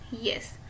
yes